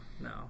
No